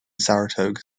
saratoga